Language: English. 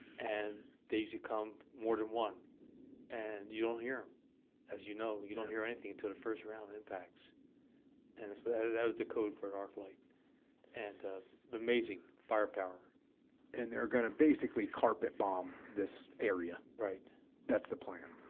and they usually come more than one and you don't hear them as you know you don't hear anything until the first round impacts and that's what that was the code for an arc light and ah amazing firepower and they're going to basically carpet bomb this area right that's the plan